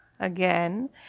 Again